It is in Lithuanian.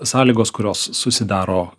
sąlygos kurios susidaro